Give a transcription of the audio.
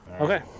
Okay